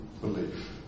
belief